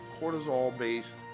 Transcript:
cortisol-based